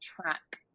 track